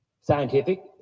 scientific